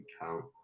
count